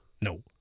No